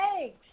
eggs